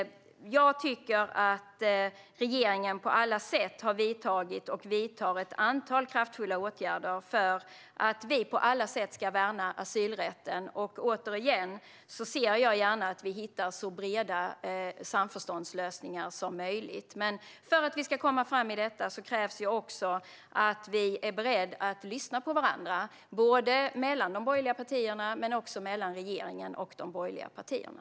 Jag tycker att regeringen på alla sätt har vidtagit och vidtar ett antal kraftfulla åtgärder för att vi på alla sätt ska värna asylrätten. Återigen ser jag gärna att vi hittar så breda samförståndslösningar som möjligt. Men för att vi ska komma fram här krävs det också att vi är beredda att lyssna på varandra både mellan de borgerliga partierna och mellan regeringen och de borgerliga partierna.